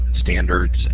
standards